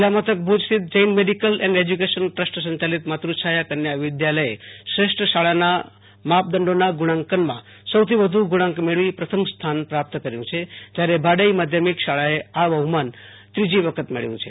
જીલ્લા મથક ભુજ સ્થિત જૈન મેડીકલ એન્ડ એશ્વ્યુકેશન સંચાલિત માતૃછાયા કન્યા વિદ્યાલચે શ્રેષ્ઠ શાળાના માપદંડમાં ગુણાંકનમાં સૌથી વધુ ગુણાંક મેળવી પ્રથમ સ્થાન પ્રાપ્ત કર્યું છે જયારે ભાડાઈ માધ્યમિક શાળાએ આ બહુમાન ત્રીજી વખત મેળવ્યું છે